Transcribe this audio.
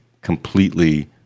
completely